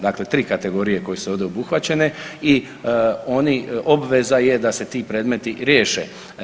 Dakle, 3 kategorije koje su ovdje obuhvaćene i oni obveza je da se ti predmeti riješe.